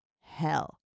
hell